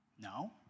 No